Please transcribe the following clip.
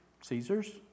Caesar's